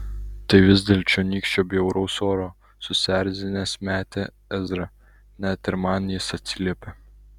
tai vis dėl čionykščio bjauraus oro susierzinęs metė ezra net ir man jis atsiliepia